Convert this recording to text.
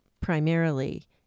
primarily